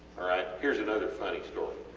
alright, heres another funny story,